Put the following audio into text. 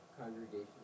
congregation